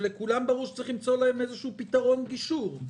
שלכולם ברור שצריך למצוא להם איזשהו פתרון גישור.